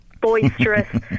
Boisterous